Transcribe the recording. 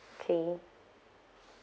okay